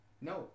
No